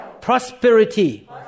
prosperity